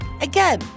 Again